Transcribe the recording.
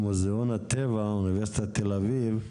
מוזיאון הטבע באוניברסיטת תל אביב.